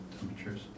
temperatures